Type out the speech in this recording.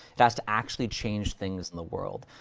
it has to actually change things in the world.